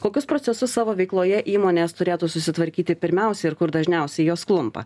kokius procesus savo veikloje įmonės turėtų susitvarkyti pirmiausia ir kur dažniausiai jos klumpa